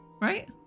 right